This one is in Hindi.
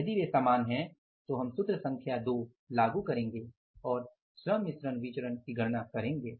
यदि वे समान है तो हम सूत्र संख्या 2 लागू करेंगे और श्रम मिश्रण विचरण की गणना करेंगे